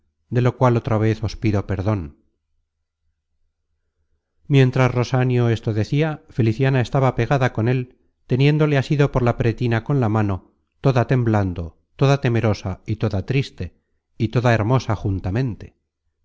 de lo cual otra vez os pido perdon content from google book search generated at mientras rosanio esto decia feliciana estaba pegada con él teniéndole asido por la pretina con la mano toda temblando toda temerosa y toda triste y toda hermosa juntamente